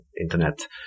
internet